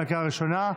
לקריאה הראשונה.